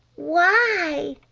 why?